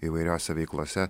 įvairiose veiklose